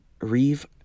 Reeve